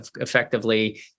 effectively